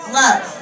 love